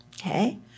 Okay